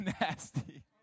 nasty